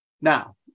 Now